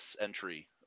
entry